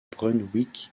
brunswick